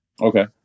Okay